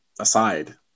Aside